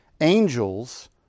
Angels